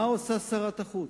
מה עושה שרת החוץ,